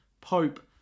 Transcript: Pope